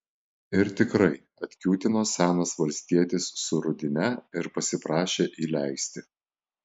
ir tikrai atkiūtino senas valstietis su rudine ir pasiprašė įleisti